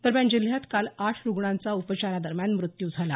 दरम्यान जिल्ह्यात काल आठ रुग्णांचा उपचारांदरम्यान मृत्यू झाला